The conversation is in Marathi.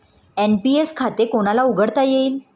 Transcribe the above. एन.पी.एस खाते कोणाला उघडता येईल?